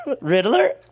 Riddler